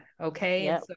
Okay